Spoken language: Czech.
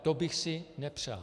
To bych si nepřál.